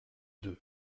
deux